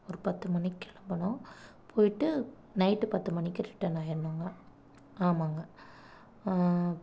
ஒரு பத்துமணிக்கு கிளம்பணும் போய்ட்டு நைட்டு பத்து மணிக்கு ரிட்டன் ஆயிடணுங்க ஆமாங்க